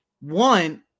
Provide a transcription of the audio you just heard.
one